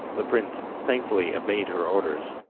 the prince thankfully obeyed her orders,